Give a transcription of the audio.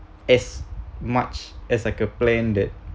as much as like a plan that